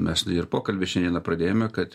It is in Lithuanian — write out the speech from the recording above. mes ir pokalbį šiandieną pradėjome kad